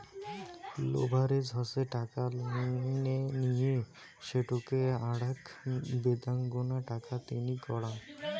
leverage হসে টাকা লোনে নিয়ে সেটোকে আরাক বেদাঙ্গনা টাকা তিনি করাঙ